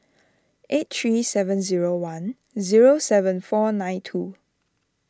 eight three seven zero one zero seven four nine two